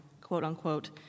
quote-unquote